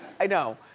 i know.